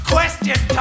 Question